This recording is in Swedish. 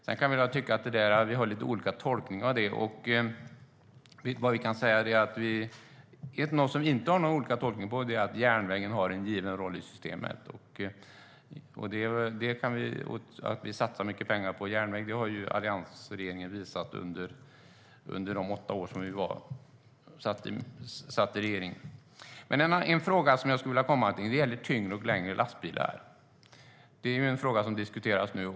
Sedan kan vi ha lite olika tolkningar av det, men ett mål som vi inte tolkar olika är att järnvägen har en given roll i systemet. Och alliansregeringen visade under de åtta åren i regeringsställning att vi satsar mycket pengar på järnvägen. Jag skulle vilja komma fram till frågan om tyngre och längre lastbilar, som diskuteras nu.